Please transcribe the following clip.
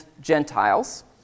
Gentiles